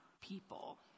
people